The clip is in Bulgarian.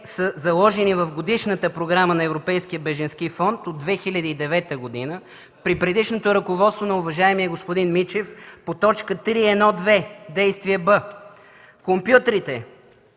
са заложени в Годишната програма на Европейския бежански фонд от 2009 г. При предишното ръководство на уважаемия господин Мичев по т. 3.1.2. действие Б, компютрите